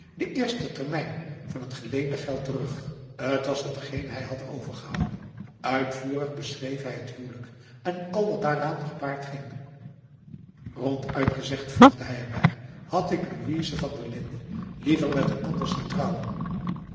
den eersten termijn van het geleende geld terug t was hetgeen hij had overgehouden uitvoerig beschreef hij het huwelijk en al wat daaraan gepaard ging ronduit gezegd voegde hij er bij had ik louise van der linden liever met een ander zien trouwen